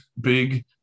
big